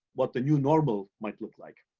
what the new normal might look like.